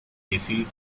defeat